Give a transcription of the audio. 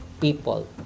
people